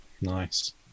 Nice